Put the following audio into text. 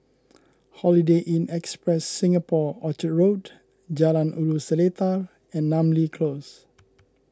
Holiday Inn Express Singapore Orchard Road Jalan Ulu Seletar and Namly Close